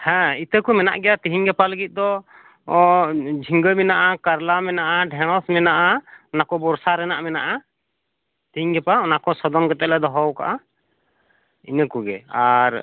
ᱦᱮᱸ ᱤᱛᱟᱹ ᱠᱚ ᱢᱮᱱᱟᱜ ᱜᱮᱭᱟ ᱛᱮᱦᱮᱧ ᱜᱟᱯᱟ ᱞᱟᱹᱜᱤᱫ ᱫᱚ ᱦᱚᱸ ᱡᱷᱤᱜᱟᱹ ᱢᱮᱱᱟᱜᱼᱟ ᱠᱟᱨᱞᱟ ᱢᱮᱱᱟᱜᱼᱟ ᱰᱷᱮᱲᱚᱥ ᱢᱮᱱᱟᱜᱼᱟ ᱚᱱᱟ ᱠᱚ ᱵᱚᱨᱥᱟ ᱨᱮᱱᱟᱜ ᱢᱮᱱᱟᱜᱼᱟ ᱛᱮᱦᱮᱧ ᱜᱟᱯᱟ ᱚᱱᱟ ᱠᱚ ᱥᱳᱫᱷᱚᱱ ᱠᱟᱛᱮᱫ ᱞᱮ ᱫᱚᱦᱚ ᱟᱠᱟᱫᱼᱟ ᱤᱱᱟᱹ ᱠᱚᱜᱮ ᱟᱨ